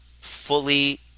fully